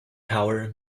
power